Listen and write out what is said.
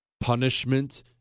Punishment